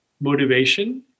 motivation